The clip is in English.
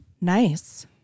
Nice